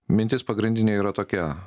mintis pagrindinė yra tokia